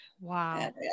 Wow